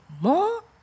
more